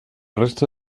resto